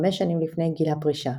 חמש שנים לפני גיל הפרישה,